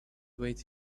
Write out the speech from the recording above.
wait